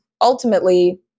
ultimately